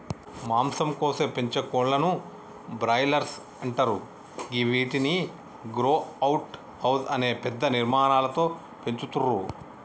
మాంసం కోసం పెంచే కోళ్లను బ్రాయిలర్స్ అంటరు గివ్విటిని గ్రో అవుట్ హౌస్ అనే పెద్ద నిర్మాణాలలో పెంచుతుర్రు